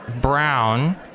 Brown